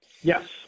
Yes